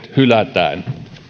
hylätään